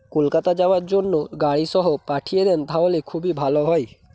কলকাতা যাওয়ার জন্য গাড়ি সহ পাঠিয়ে দেন তাহলে খুবই ভালো হয়